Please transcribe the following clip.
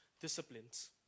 disciplines